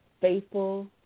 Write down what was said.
faithful